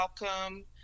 welcome